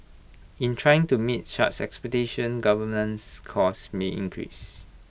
in trying to meet such expectations governance costs may increase